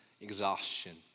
exhaustion